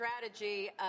strategy